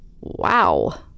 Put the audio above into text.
Wow